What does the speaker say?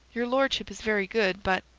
your lordship is very good. but.